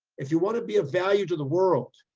if you want to be a value to the world,